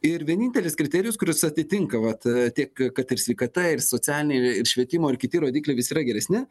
ir vienintelis kriterijus kuris atitinka vat tiek kad ir sveikata ir socialiniai ir švietimo ir kiti rodikliai visi yra geresni